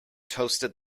toasted